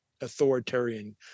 authoritarian